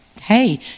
hey